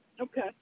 Okay